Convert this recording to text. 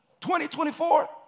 2024